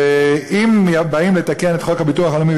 ואם באים לתקן את חוק הביטוח הלאומי,